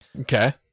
Okay